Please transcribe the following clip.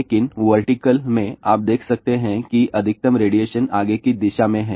लेकिन वर्टीकल में आप देख सकते हैं कि अधिकतम रेडिएशन आगे की दिशा में है